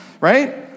Right